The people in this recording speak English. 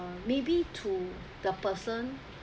maybe to the person